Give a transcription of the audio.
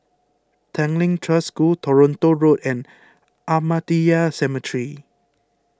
Tanglin Trust School Toronto Road and Ahmadiyya Cemetery